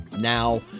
Now